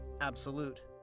absolute